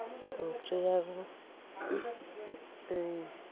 संख्रियाबो दै